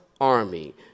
army